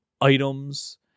items